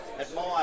admire